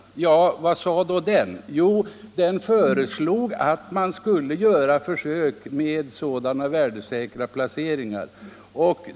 Ja, vad sade då denna utredning? Jo, den föreslog att man skulle göra försök med värdesäkra placeringar.